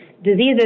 diseases